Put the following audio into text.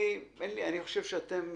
אני חושב שאתם